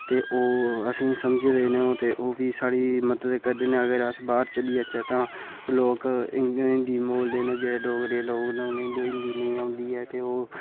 ते ओह् असें गी समझी सकदे न ओह् फ्ही साढ़ी मदद करदे न जे अस बाह्र चली जाह्चै तां लोक हिंदी बोलदे न ते जे डोगरे न उ'नें ई हिंदी नेईं औंदी ऐ ते ओह्